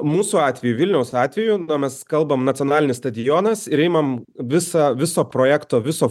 mūsų atveju vilniaus atveju mes kalbam nacionalinis stadionas ir imam visą viso projekto viso